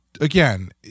again